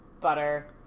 butter